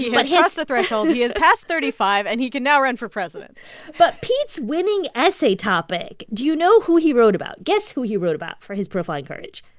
he but he has passed the threshold. he is past thirty five. and he can now run for president but pete's winning essay topic do you know who he wrote about? guess who he wrote about for his profile in courage?